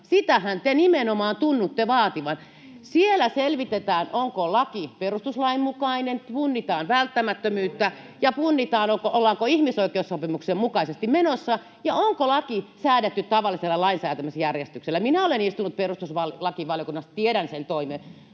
sitähän te nimenomaan tunnutte vaativan. Siellä selvitetään, onko laki perustuslain mukainen, punnitaan välttämättömyyttä ja punnitaan, ollaanko ihmisoikeussopimuksien mukaisesti menossa ja säädetäänkö laki tavallisella lainsäätämisjärjestyksellä. Minä olen istunut perustuslakivaliokunnassa, ja tiedän sen toimenkuvan.